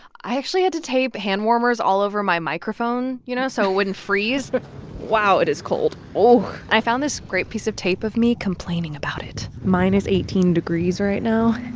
i actually had to tape hand warmers all over my microphone, you know, so i wouldn't freeze wow, it is cold. oh i found this great piece of tape of me complaining about it minus eighteen degrees right now.